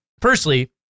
firstly